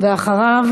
ואחריו,